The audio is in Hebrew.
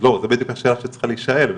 זה בדיוק השאלה שצריכה להישאל,